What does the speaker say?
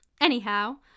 Anyhow